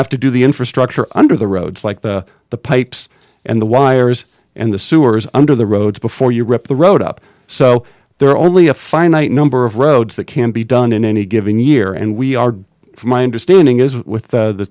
have to do the infrastructure under the roads like the the pipes and the wires and the sewers under the roads before you rip the road up so there are only a finite number of roads that can be done in any given year and we are my understanding is with